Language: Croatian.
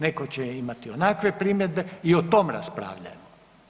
Netko će imati onakve primjedbe i o tome raspravljajmo.